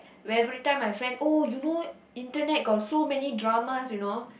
everytime my friend oh you know internet got so many dramas you know